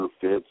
Fits